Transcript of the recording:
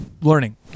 learning